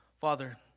Father